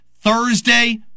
Thursday